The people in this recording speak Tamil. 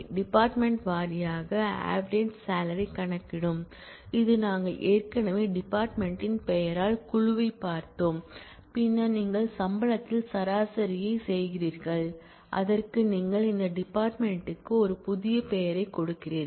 டிபார்ட்மென்ட் வாரியாக ஆவரேஜ் சாலரி கணக்கிடும் இது நாங்கள் ஏற்கனவே டிபார்ட்மென்ட் யின் பெயரால் குழுவைப் பார்த்தோம் பின்னர் நீங்கள் சம்பளத்தில் சராசரியைச் செய்கிறீர்கள் அதற்கு நீங்கள் அந்தத் டிபார்ட்மென்ட் க்கு ஒரு புதிய பெயரைக் கொடுக்கிறீர்கள்